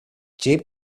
cheap